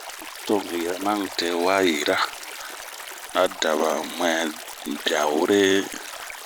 To un yirɛma unte wa yira,a daba ɲuɛnbia wuree,